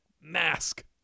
mask